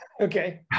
Okay